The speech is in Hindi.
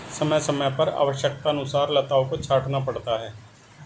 समय समय पर आवश्यकतानुसार लताओं को छांटना पड़ता है